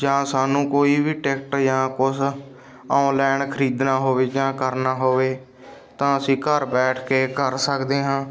ਜਾਂ ਸਾਨੂੰ ਕੋਈ ਵੀ ਟਿਕਟ ਜਾਂ ਕੁਛ ਔਨਲਾਇਨ ਖਰੀਦਣਾ ਹੋਵੇ ਜਾਂ ਕਰਨਾ ਹੋਵੇ ਤਾਂ ਅਸੀਂ ਘਰ ਬੈਠ ਕੇ ਕਰ ਸਕਦੇ ਹਾਂ